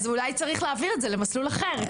אז אולי צריך להעביר את זה למסלול אחר,